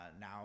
Now